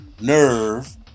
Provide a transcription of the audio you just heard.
Nerve